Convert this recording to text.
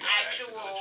actual